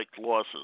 losses